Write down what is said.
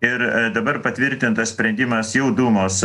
ir dabar patvirtintas sprendimas jau dūmos